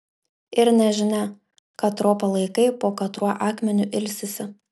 ir nežinia katro palaikai po katruo akmeniu ilsisi